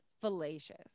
fallacious